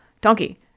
Donkey